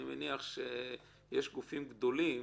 אני מניח שיש גופים גדולים